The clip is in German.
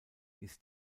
ist